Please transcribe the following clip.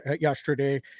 yesterday